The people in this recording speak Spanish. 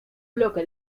bloque